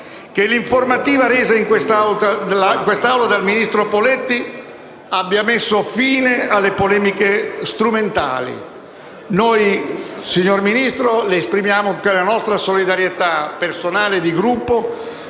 che l'informativa resa in Aula dal ministro Poletti abbia messo fine alle polemiche strumentali. Signor Ministro, le esprimiamo anche la nostra solidarietà personale e di Gruppo